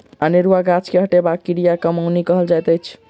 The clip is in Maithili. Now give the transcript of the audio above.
अनेरुआ गाछ के हटयबाक क्रिया के कमौनी कहल जाइत अछि